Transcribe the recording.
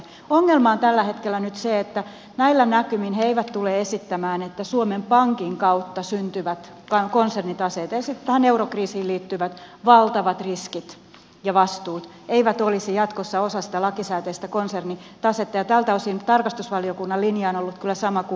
ongelma on tällä hetkellä nyt se että näillä näkymin he eivät tule esittämään että suomen pankin kautta syntyvät konsernitaseet tähän eurokriisiin liittyvät valtavat riskit ja vastuut olisivat jatkossa osa sitä lakisääteistä konsernitasetta ja tältä osin tarkastusvaliokunnan linja on ollut kyllä sama kuin vtv